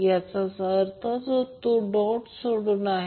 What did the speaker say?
याचाच अर्थ जर तो डॉट सोडून आहे